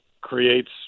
creates